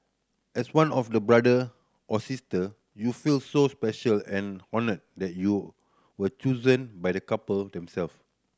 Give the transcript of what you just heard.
as one of the Brother or Sister you feel so special and honoured that you were chosen by the couple them self